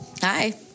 Hi